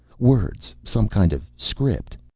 words, some kind of script.